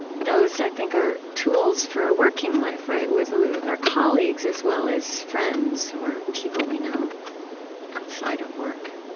those, i think, are tools for our working life, right? with our colleagues as well as friends or people we know outside of work